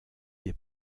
des